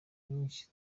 myinshi